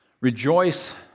Rejoice